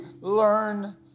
learn